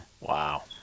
Wow